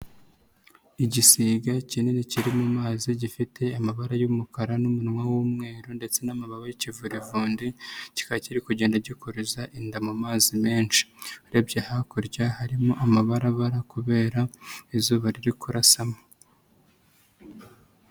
Igisiga kinini kiri mu mazi gifite amabara y'umukara n'umunwa w'umweru ndetse n'amababa y'ikivurivundi, kikaba kiri kugenda gikuriza inda mu mazi menshi. Urebye hakurya harimo amabarabara kubera izuba riri kusamo.